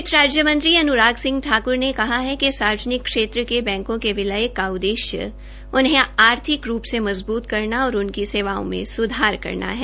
वित्तमंत्री राज्य मंत्री अन्राग ठाक्र ने कहा है कि सार्वजनिक क्षेत्र के बैंकों के विलय का उद्देश्य उन्हें आर्थिक रूप से मजबूत करना और उनकी सेवाओ में सुधार करना है